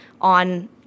on